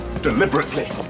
deliberately